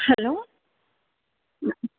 hello